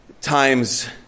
times